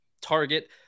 target